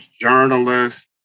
journalists